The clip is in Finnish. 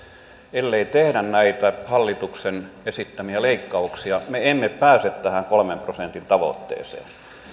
ellei tehdä näitä hallituksen esittämiä leikkauksia me emme pääse tähän kolmen prosentin tavoitteeseen